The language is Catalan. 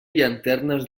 llanternes